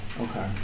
Okay